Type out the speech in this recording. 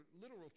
literal